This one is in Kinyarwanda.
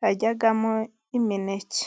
baryamo imineke.